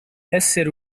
essere